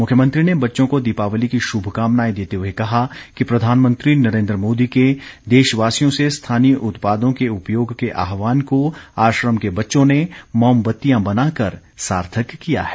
मुख्यमंत्री ने बच्चों को दीपावली की शुभकामनाएं देते हुए कहा कि प्रधानमंत्री नरेन्द्र मोदी के देशवासियों से स्थानीय उत्पादों के उपयोग के आहवान को आश्रम के बच्चों ने मोमबत्तियां बनाकर सार्थक किया है